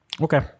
okay